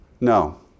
no